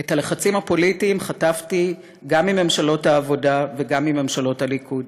את הלחצים הפוליטיים חטפתי גם מממשלות העבודה וגם מממשלות הליכוד,